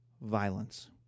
violence